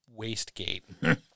Wastegate